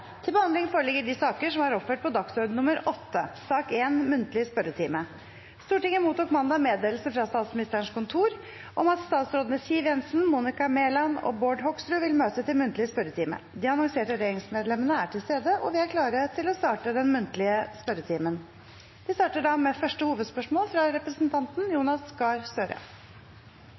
til stede og vil ta sete. Stortinget mottok mandag meddelelse fra Statsministerens kontor om at statsrådene Siv Jensen, Monica Mæland og Bård Hoksrud vil møte til muntlig spørretime. De annonserte regjeringsmedlemmene er til stede, og vi er klare til å starte den muntlige spørretimen. Vi starter med første hovedspørsmål, fra representanten Jonas Gahr Støre.